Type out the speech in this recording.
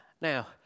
Now